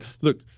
Look